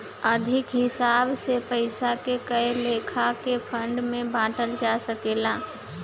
आर्थिक हिसाब से पइसा के कए लेखा के फंड में बांटल जा सकेला